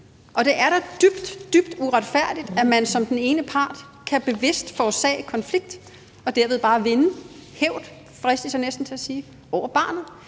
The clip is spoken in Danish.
Og det er da dybt, dybt uretfærdigt, at man som den ene part bevidst kan forårsage konflikt og derved bare vinde hævd , fristes